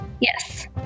Yes